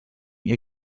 ihr